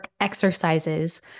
exercises